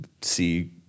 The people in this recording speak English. see